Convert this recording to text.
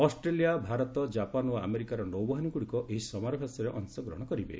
Australia Bharat Japan ଓ ଆମେରିକାର ନୌବାହିନୀ ଗୁଡ଼ିକ ଏହି ସମାରାଭ୍ୟାସରେ ଅଂଶଗ୍ରହଣ କରିବେ